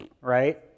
right